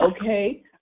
Okay